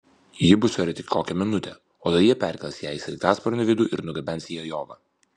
ji bus ore tik kokią minutę o tada jie perkels ją į sraigtasparnio vidų ir nugabens į ajovą